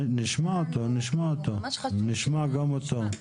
נשמע גם אותו.